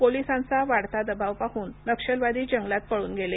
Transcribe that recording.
पोलिसांचा वाढता दबाव पाहून नक्षलवादी जंगलात पळून गेले